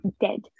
dead